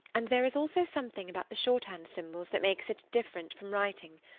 and there is also something about the shorthand symbols that makes it different from writing.